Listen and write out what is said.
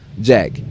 Jack